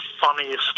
funniest